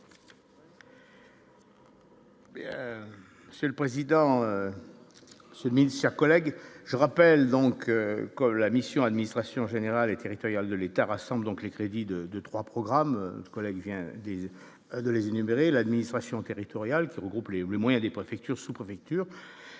C'est le président ce nécessaire collègues je rappelle donc que la mission administration générale et territoriale de l'État rassemble donc les crédits de de 3 programmes scolaires vient des et de les énumérer l'administration territoriale qui regroupe les moyens des préfectures, sous-préfectures